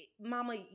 mama